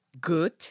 good